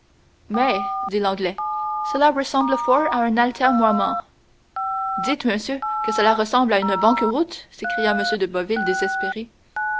mais dit l'anglais cela ressemble fort à un atermoiement dites monsieur que cela ressemble à une banqueroute s'écria m de boville désespéré